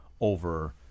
over